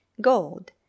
gold